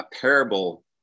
parable